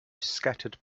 scattered